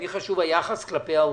לי חשוב היחס כלפי העובד.